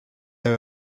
they